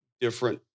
different